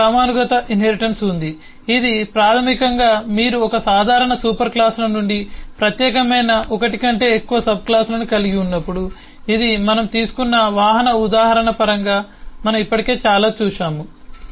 తరువాత క్రమానుగత ఇన్హెరిటెన్స్ ఉంది ఇది ప్రాథమికంగా మీరు ఒక సాధారణ సూపర్ క్లాసుల నుండి ప్రత్యేకమైన ఒకటి కంటే ఎక్కువ సబ్క్లాస్లను కలిగి ఉన్నప్పుడు ఇది మనము తీసుకున్న వాహన ఉదాహరణ పరంగా మనం ఇప్పటికే చాలా చూశాము